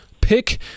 pick